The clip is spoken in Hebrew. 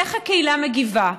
איך הקהילה מגיבה?